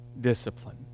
discipline